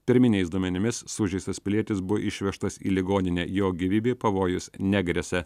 pirminiais duomenimis sužeistas pilietis buvo išvežtas į ligoninę jo gyvybei pavojus negresia